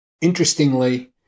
Interestingly